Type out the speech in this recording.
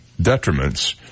detriments